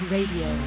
Radio